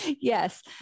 yes